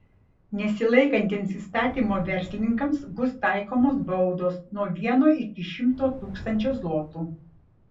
nesilaikantiems įstatymo verslininkams bus taikomos baudos nuo vieno iki šimto tūkstančio zlotų